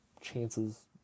chances